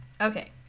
Okay